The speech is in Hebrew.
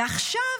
ועכשיו,